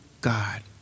God